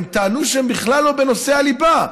הם טענו שהן בכלל לא בנושאי הליבה.